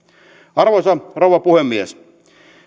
arvoisa rouva puhemies